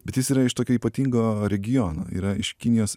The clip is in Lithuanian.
bet jis yra iš tokio ypatingo regiono yra iš kinijos